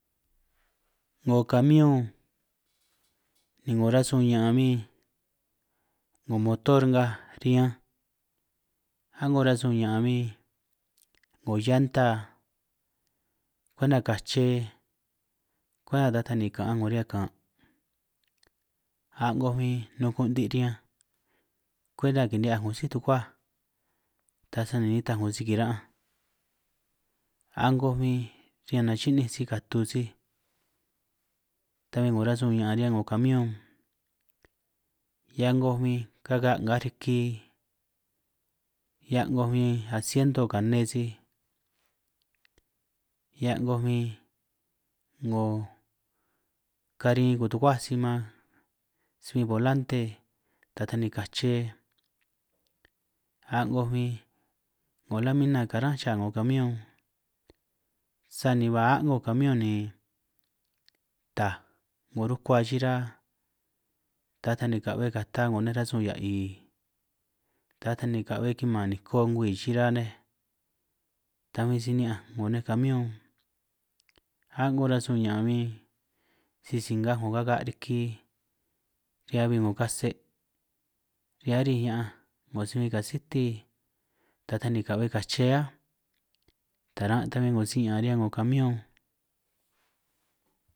Taran si ku'naj 'ngo chunj ahiu cha chun ni'in ne', 'ngoj bin nato, na'bi, chukui'i, pera nej, koko nej, na'bi hiu nej, na'hui tsi nej, 'ngo manku nej, 'ngo manzana nej, taran ta bin si ni'in ne'.